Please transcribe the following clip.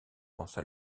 pensa